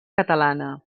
catalana